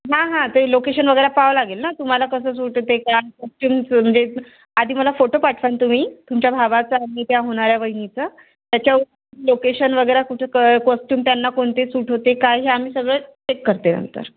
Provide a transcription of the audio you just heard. हां हां ते लोकेशन वगैरे पाव लागेल ना तुम्हाला कसं सूट होते का कॉस्च्युम्स म्हणजे आधी मला फोटो पाठवा तुम्ही तुमच्या भावाचं आणि त्या होणाऱ्या वहिनीचं त्याच्यावर लोकेशन वगैरे कुठं कॉस्च्युम त्यांना कोणते सूट होते काय हे आम्ही सगळं चेक करते नंतर